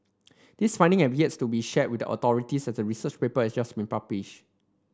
this finding have yet to be shared with the authorities as the research paper has just been published